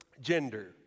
gender